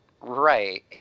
right